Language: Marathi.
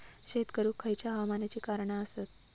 शेत करुक खयच्या हवामानाची कारणा आसत?